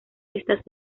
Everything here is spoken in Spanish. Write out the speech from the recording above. estas